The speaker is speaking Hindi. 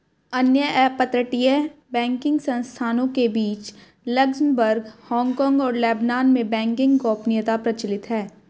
अन्य अपतटीय बैंकिंग संस्थानों के बीच लक्ज़मबर्ग, हांगकांग और लेबनान में बैंकिंग गोपनीयता प्रचलित है